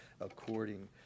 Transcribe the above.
according